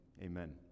amen